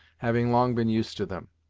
having long been used to them.